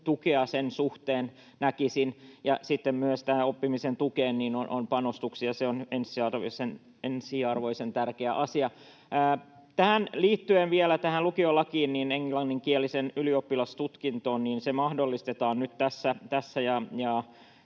tukea sen suhteen, näkisin, ja sitten myös tähän oppimisen tukeen on panostuksia. Se on ensiarvoisen tärkeä asia. Liittyen vielä tähän lukiolakiin ja englanninkieliseen ylioppilastutkintoon, niin se mahdollistetaan nyt tässä